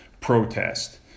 protest